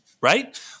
Right